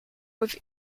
with